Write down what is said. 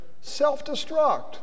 self-destruct